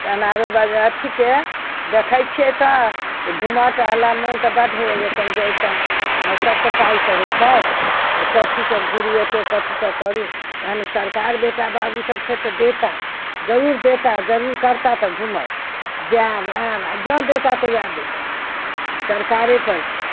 केनहारो बड़ अथीके दखै छियै तऽ जे घुमऽ टहलऽ मोन तऽ बड़ होइए जे कनि जइतौं आओर सभ तऽ पाइसँ होइ छै जे कथी से घुरू एते कथीसँ करू तहन सरकार बेटा बाबू सभ छथि तऽ देता जरूर देता जरूर करता तऽ घुमब जायब आयब आओर जौं देता तऽ वएह देता सरकारेपर छी